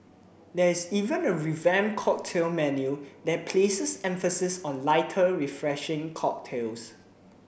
there's even a revamped cocktail menu that places emphasis on lighter refreshing cocktails